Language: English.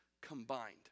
combined